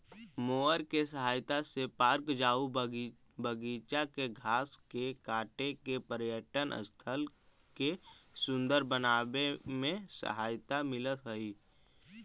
mower के सहायता से पार्क आऊ बागिचा के घास के काट के पर्यटन स्थल के सुन्दर बनावे में सहायता मिलऽ हई